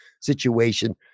situation